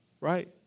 right